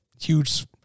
huge